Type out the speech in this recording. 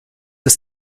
ist